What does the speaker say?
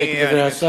להסתפק בדברי השר?